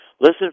Listen